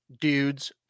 Dudes